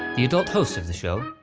the adult host of the show,